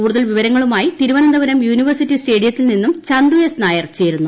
കൂടുതൽ വിവരങ്ങളുമായി തിരുവനന്തപുരം യൂണിവേഴ്സിറ്റി സ്റ്റേഡിയത്തിൽ നിന്നും ചന്തു എസ് നായർ ചേരുന്നു